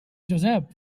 josep